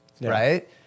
right